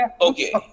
Okay